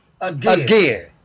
Again